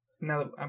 now